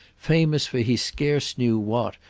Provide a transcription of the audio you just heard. famous for he scarce knew what,